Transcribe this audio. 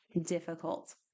difficult